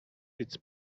its